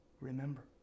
Remember